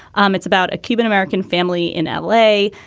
um it's about a cuban-american family in l a.